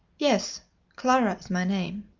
yes clara is my name.